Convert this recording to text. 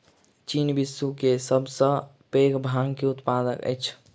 चीन विश्व के सब सॅ पैघ भांग के उत्पादक अछि